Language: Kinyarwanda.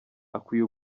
akwiye